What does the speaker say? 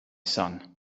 son